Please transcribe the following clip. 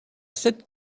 cette